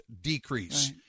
decrease